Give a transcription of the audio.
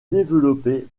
développé